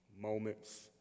moments